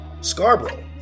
Scarborough